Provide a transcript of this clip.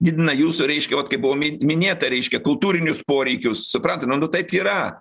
didina jūsų reiškia vat kaip buvo min minėta reiškia kultūrinius poreikius suprantat nu nu taip yra